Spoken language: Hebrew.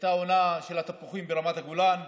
הייתה העונה של התפוחים ברמת הגולן.